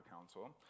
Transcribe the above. counsel